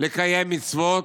לקיים מצוות,